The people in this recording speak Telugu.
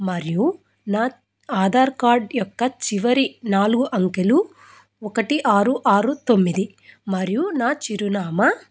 మరియు నా ఆధార్ కార్డ్ యొక్క చివరి నాలుగు అంకెలు ఒకటి ఆరు ఆరు తొమ్మిది మరియు నా చిరునామా